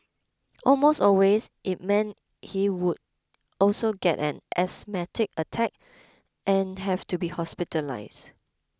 almost always it meant he would also get an asthmatic attack and have to be hospitalised